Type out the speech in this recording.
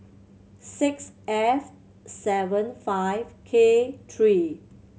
six F seven five K three